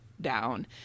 down